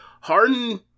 Harden